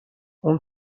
اون